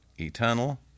eternal